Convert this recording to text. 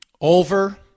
Over